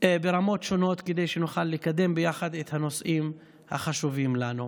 ברמות שונות כדי שנוכל לקדם ביחד את הנושאים החשובים לנו.